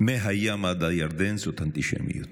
"מהים עד הירדן", זאת אנטישמיות.